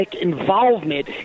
Involvement